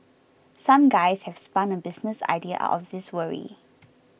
some guys have spun a business idea out of this worry